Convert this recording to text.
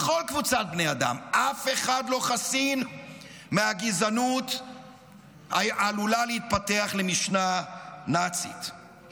אף אחד לא חסין מהגזענות העלולה להתפתח למשנה נאצית,